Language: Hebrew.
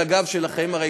על הגב שלכם.